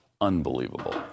unbelievable